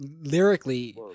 Lyrically